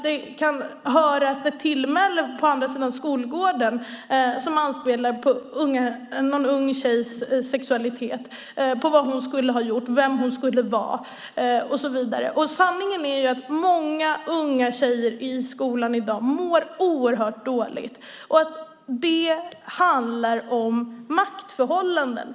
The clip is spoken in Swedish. Det kan höras tillmälen på andra sidan skolgården som anspelar på någon ung tjejs sexualitet, på vad hon skulle ha gjort, vem hon skulle vara och så vidare. Sanningen är att många unga tjejer i skolan i dag mår oerhört dåligt, och det handlar om maktförhållanden.